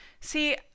See